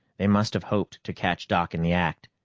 they must have hoped to catch doc in the act,